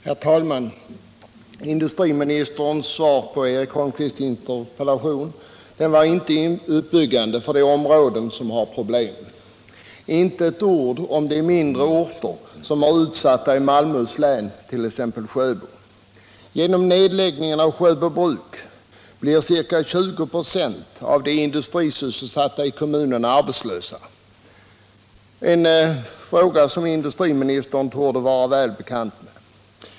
Herr talman! Industriministerns svar på Eric Holmqvists interpellation var inte uppbyggande för de områden som har problem — inte ett ord om de mindre orter i Malmöhus län som är utsatta, t.ex. Sjöbo. Genom nedläggningen av Sjöbo bruk blir ca 20 26 av de industrisysselsatta i kommunen arbetslösa, en sak som industriministern borde ha sig väl bekant.